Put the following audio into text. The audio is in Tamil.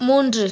மூன்று